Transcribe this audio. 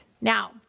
Now